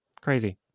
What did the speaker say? crazy